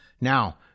now